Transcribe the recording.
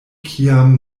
kiam